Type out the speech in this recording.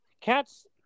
cats